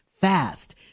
fast